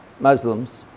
Muslims